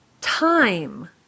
time